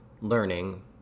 learning